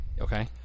Okay